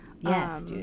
yes